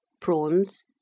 Prawns